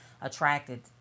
attracted